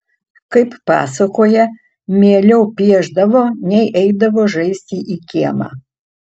kaip pasakoja mieliau piešdavo nei eidavo žaisti į kiemą